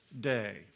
day